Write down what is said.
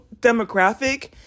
demographic